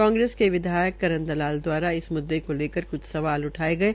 कांग्रेस के करण दलाल दवारा इस मुद्दे को लेकर कुछ सवाल उठाये गये